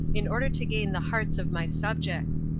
in order to gain the hearts of my subjects.